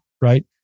right